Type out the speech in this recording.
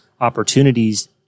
opportunities